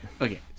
Okay